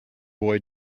boy